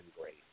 great